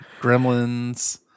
gremlins